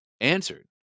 answered